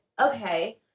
okay